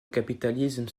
capitalisme